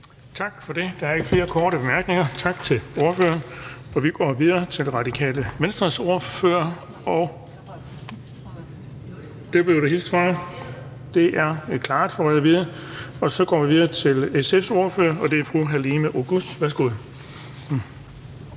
Tak for det. Der er ikke flere korte bemærkninger. Tak til ordføreren. Vi går videre til Radikale Venstres ordfører – og dem bliver der hilst fra, så det er klaret, får jeg at vide. Så vi går videre til SF's ordfører, og det er fru Halime Oguz. Værsgo.